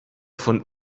von